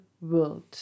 world